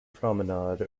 promenade